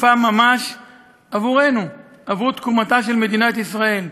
גופם ממש, בעבורנו, בעבור תקומתה של מדינת ישראל,